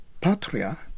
patria